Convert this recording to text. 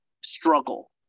struggle